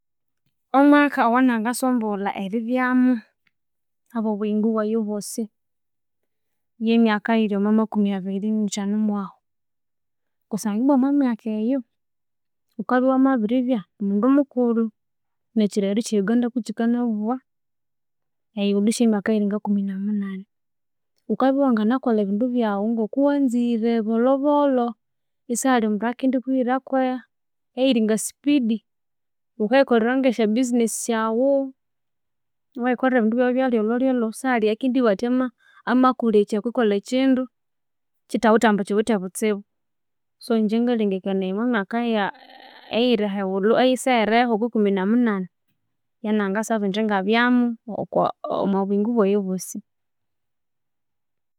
Omwaka owangayisunza eribyamu habwe obuyingo bwaghe obwosi ye myaka eyiri mwa abiri ni thanu mwahu, kusangwa ibwa omwa myaka eyu ghukubya iwamabiribya mundu mukulhu, nekiraghilhu ekye Uganda kakikanabugha eghulhu esya myaka eyiringa kumi na munani ghukabya iwamanganakolha ebindu byaghu ngoko wanzire bolhobolho isahalhi omundu eyakendikuhiraku eyiringa speed ghukayikolhera nge sha business shaghu ewaghikolhera ebindu byaghu lhyolholhyolho isahalhi eyakendibugha athi amakulhekya okwa kolha ekindu kithawithe ambu kiwithe obutsibu, so ingye ngalhengekanaya ya omwa myaka eya ighiri ahighulhu eyiseghereho okwi kumi na munani ya nangasaba indi inabyamu okwa obuyingo bwaghe obwosi.